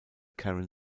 karen